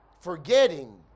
Forgetting